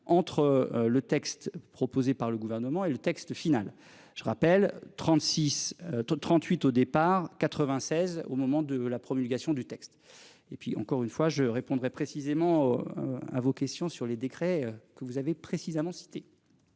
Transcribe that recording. entre le texte proposé par le gouvernement et le texte final. Je rappelle 36. 38 au départ 96 au moment de la promulgation du texte. Et puis encore une fois, je répondrai précisément. À vos questions sur les décrets que vous avez précisément cité.